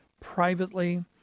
privately